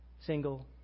single